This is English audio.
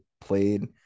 played